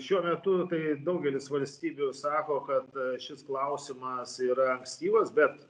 šiuo metu tai daugelis valstybių sako kad šis klausimas yra ankstyvas bet